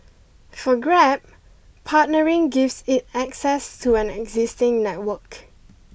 for grab partnering gives it access to an existing network